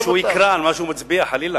או שהוא יקרא את מה שהוא מצביע עליו, חלילה.